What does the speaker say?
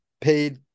paid